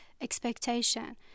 expectation